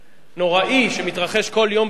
נוראי, שמתרחש כל יום בסוריה.